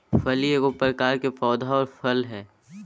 फली एगो प्रकार के पौधा आर फल हइ